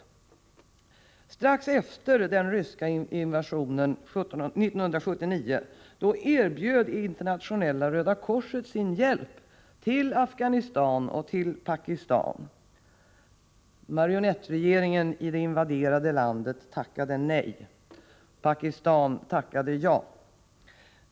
Strax efter den ryska invasionen 1979 erbjöd internationella Röda korset sin hjälp till Afghanistan och till Pakistan. Marionettregeringen i det invaderade landet tackade nej. Pakistan tackade ja.